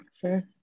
Sure